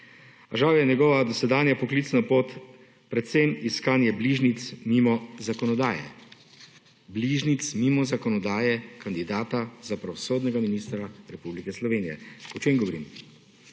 žal je njegova dosedanja poklicna pot predvsem iskanje bližnjic mimo zakonodaje, bližnjic mimo zakonodaje kandidata za pravosodnega ministra Republike Slovenije. O čem govorim?